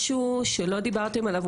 משהו שלא דיברתן עליו,